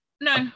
No